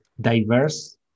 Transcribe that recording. diverse